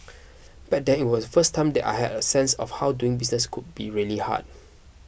back then was the first time that I had a sense of how doing business could be really hard